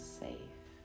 safe